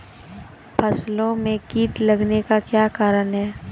फसलो मे कीट लगने का क्या कारण है?